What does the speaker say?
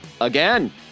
again